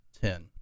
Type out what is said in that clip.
Ten